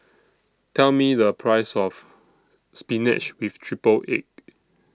Tell Me The Price of Spinach with Triple Egg